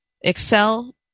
Excel